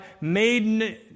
made